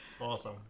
Awesome